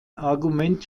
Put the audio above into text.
argument